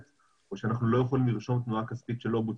או שאנחנו לא יכולים לרשום תנועה כספית שלא בוצעה.